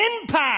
impact